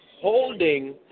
holding